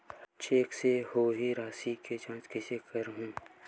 Cheque से होए राशि के जांच कइसे करहु?